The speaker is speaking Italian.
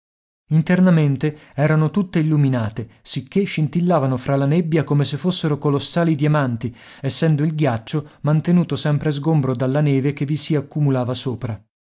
internamente erano tutte illuminate sicché scintillavano fra la nebbia come se fossero colossali diamanti essendo il ghiaccio mantenuto sempre sgombro dalla neve che vi si accumulava sopra